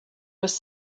was